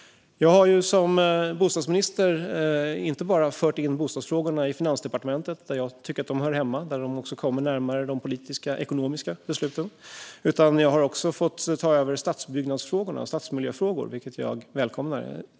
Jag har som bostadsminister inte bara fört in bostadsfrågorna i Finansdepartementet, där jag tycker att de hör hemma och där de också kommer närmare de ekonomisk-politiska besluten, utan också fått ta över stadsbyggnads och stadsmiljöfrågorna, vilket jag välkomnar.